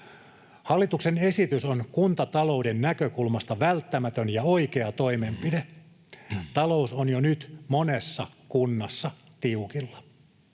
Hallituksen esitys on kuntatalouden näkökulmasta välttämätön ja oikea toimenpide. Talous on jo nyt monessa kunnassa tiukilla.